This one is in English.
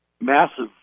massive